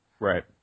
Right